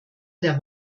der